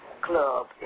club